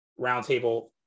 roundtable